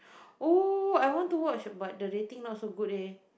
oh I want to watch but the rating not so good leh